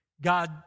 God